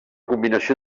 combinació